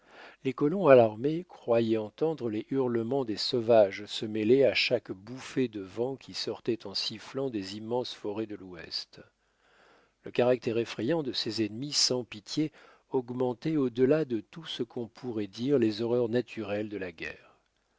les colons alarmés croyaient entendre les hurlements des sauvages se mêler à chaque bouffée de vent qui sortait en sifflant des immenses forêts de l'ouest le caractère effrayant de ces ennemis sans pitié augmentait au delà de tout ce qu'on pourrait dire les horreurs naturelles de la guerre